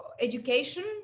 education